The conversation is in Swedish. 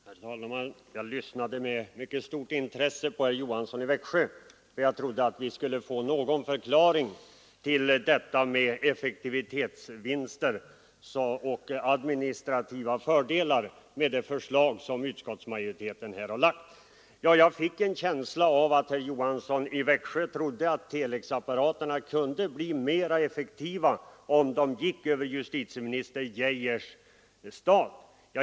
Herr talman! Jag lyssnade med mycket stort intresse till herr Johansson i Växjö, för jag trodde att vi skulle få någon förklaring till de effektivitetsvinster och administrativa fördelar som påstås bli följden av utskottsmajoritetens förslag. Jag fick en känsla av att herr Johansson i Växjö trodde att telexapparaterna kunde bli mera effektiva om de betalades över justitieminister Geijers stat.